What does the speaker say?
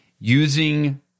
using